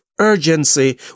urgency